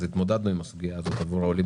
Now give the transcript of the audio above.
התמודדנו עם הסוגיה הזאת עבור העולים